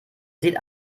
sieht